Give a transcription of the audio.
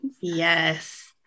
yes